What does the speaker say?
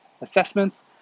assessments